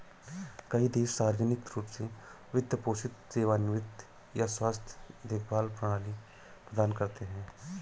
कई देश सार्वजनिक रूप से वित्त पोषित सेवानिवृत्ति या स्वास्थ्य देखभाल प्रणाली प्रदान करते है